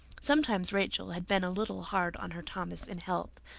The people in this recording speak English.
sometimes rachel had been a little hard on her thomas in health,